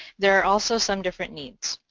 there are also some different needs.